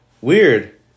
Weird